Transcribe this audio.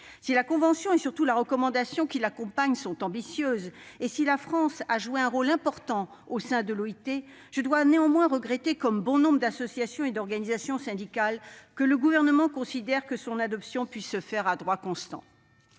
Si la convention et, surtout, la recommandation qui l'accompagne sont ambitieuses, et si la France a joué un rôle important au sein de l'OIT, je dois néanmoins regretter, comme bon nombre d'associations et d'organisations syndicales, que le Gouvernement considère que son adoption puisse se faire à droit constant.